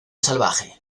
salvaje